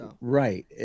Right